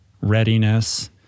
readiness